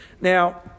Now